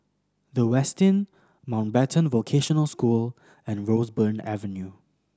The Westin Mountbatten Vocational School and Roseburn Avenue